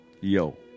Yo